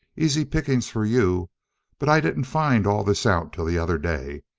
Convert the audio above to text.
easy pickings for you but i didn't find all this out till the other day.